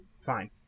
Fine